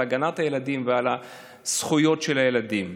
על הגנת הילדים ועל זכויות הילדים.